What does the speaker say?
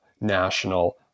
national